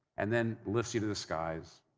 and then, lifts you to the skies.